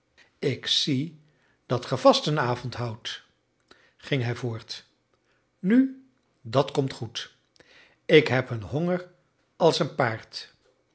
ik zie dat ge vastenavond houdt ging hij voort nu dat komt goed ik heb een honger als een paard